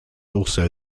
also